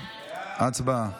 הצבעה.